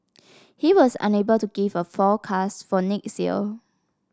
he was unable to give a forecast for next year